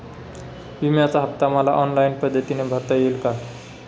विम्याचा हफ्ता मला ऑनलाईन पद्धतीने भरता येईल का?